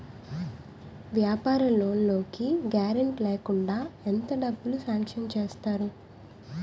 వ్యాపార లోన్ కి గారంటే లేకుండా ఎంత డబ్బులు సాంక్షన్ చేస్తారు?